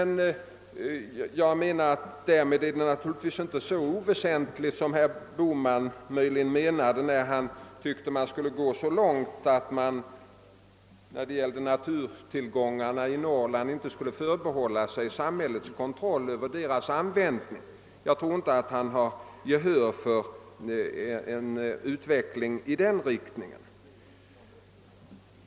Naturligtvis är frågan dock inte så oväsentlig som herr Bohman möjligen menade, när han sade att man inte ens borde förbehålla samhället kontrollen över användningen av naturtill gångarna i Norrland. Jag tror inte att han har gehör för tanken på en utveckling i den riktningen.